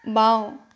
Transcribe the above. বাওঁ